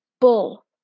Bull